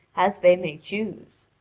as they may choose.